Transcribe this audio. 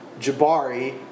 Jabari